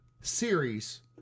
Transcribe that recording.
series